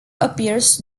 appears